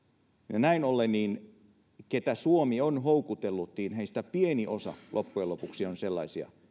näin ollen niistä keitä suomi on houkutellut pieni osa loppujen lopuksi on sellaisia